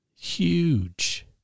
huge